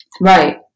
Right